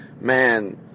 man